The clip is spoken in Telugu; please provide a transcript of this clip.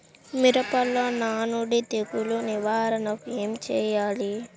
మిరపలో నానుడి తెగులు నివారణకు ఏమి చేయాలి?